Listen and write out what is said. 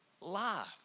life